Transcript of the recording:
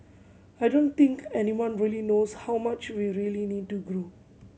I don't think anyone really knows how much we really need to grow